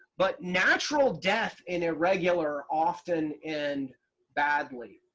but natural death in irregular often end badly.